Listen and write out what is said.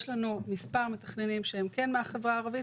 יש לנו מספר מתכננים שהם כן מהחברה הערבית